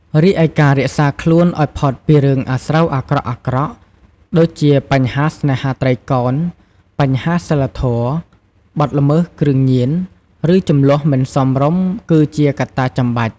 រីឯ ការរក្សាខ្លួនឱ្យផុតពីរឿងអាស្រូវអាក្រក់ៗ ដូចជាបញ្ហាស្នេហាត្រីកោណ បញ្ហាសីលធម៌ បទល្មើសគ្រឿងញៀន ឬជម្លោះមិនសមរម្យ គឺជាកត្តាចាំបាច់។